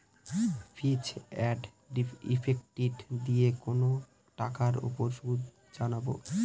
ফিচ and effective দিয়ে কোনো টাকার উপর সুদ জানবো